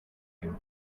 him